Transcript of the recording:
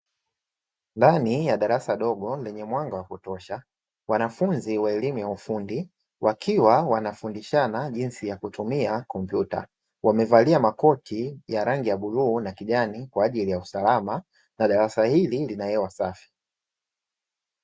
Ndani ya darasa dogo lenye mwanga wa kutosha, wanafunzi wa elimu ya ufundi wakiwa wanafundishana jinsi ya kutumia kompyuta, wamevalia makoti ya rangi ya bluu na kijani kwa ajili ya usalama; na darasa hili lina hewa safi.